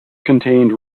contained